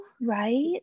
right